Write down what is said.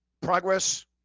Progress